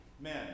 men